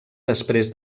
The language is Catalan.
després